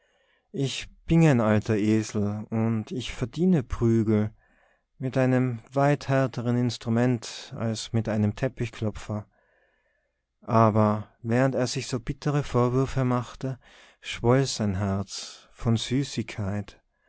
ich bin ein alter esel und ich verdiene prügel mit einem weit härteren instrument als mit einem teppichklopfer aber während er sich so bittere vorwürfe machte schwoll sein herz von süßigkeit